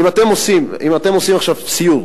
אם אתם עושים עכשיו סיור,